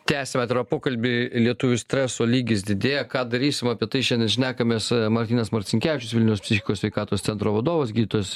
tęsiame pokalbį lietuvių streso lygis didėja ką darysim apie tai šiandien šnekamės martynas marcinkevičius vilniaus psichikos sveikatos centro vadovas gydytojas